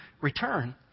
return